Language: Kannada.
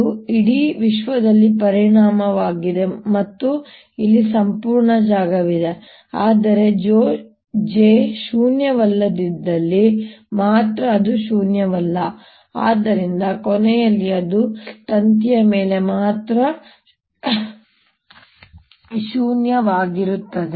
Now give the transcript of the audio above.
ಇದು ಇಡೀ ವಿಶ್ವದಲ್ಲಿ ಪರಿಮಾಣವಾಗಿದೆ ಅಥವಾ ಇಲ್ಲಿ ಸಂಪೂರ್ಣ ಜಾಗವಿದೆ ಆದರೆ j ಶೂನ್ಯವಲ್ಲದಿದ್ದಲ್ಲಿ ಮಾತ್ರ ಅದು ಶೂನ್ಯವಲ್ಲ ಮತ್ತು ಆದ್ದರಿಂದ ಕೊನೆಯಲ್ಲಿ ಅದು ತಂತಿಯ ಮೇಲೆ ಮಾತ್ರ ಶೂನ್ಯವಾಗಿರುತ್ತದೆ